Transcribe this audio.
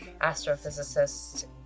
astrophysicist